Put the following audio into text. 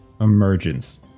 emergence